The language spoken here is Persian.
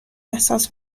احساس